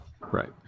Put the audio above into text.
Right